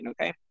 okay